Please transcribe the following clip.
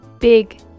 big